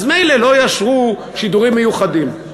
אז מילא לא יאשרו שידורים מיוחדים,